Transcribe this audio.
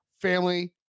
family